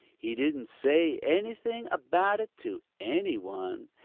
he didn't say anything about it to any one,